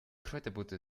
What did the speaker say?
kräuterbutter